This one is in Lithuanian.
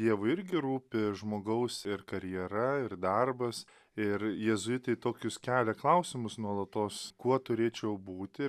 dievui irgi rūpi žmogaus ir karjera ir darbas ir jėzuitai tokius kelia klausimus nuolatos kuo turėčiau būti